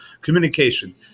communication